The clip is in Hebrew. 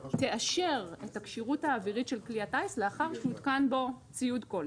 תאשר את הכשירות האווירית של כלי הטיס לאחר שהותקן בו ציוד כלשהו.